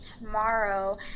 tomorrow